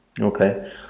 Okay